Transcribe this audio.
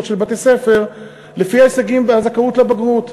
של בתי-ספר לפי ההישגים והזכאות לבגרות,